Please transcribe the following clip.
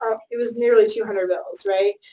um it was nearly two hundred bills, right?